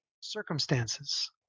circumstances